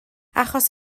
achos